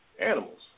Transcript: animals